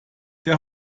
der